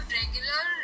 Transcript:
regular